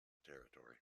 territory